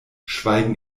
schweigen